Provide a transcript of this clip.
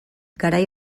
garai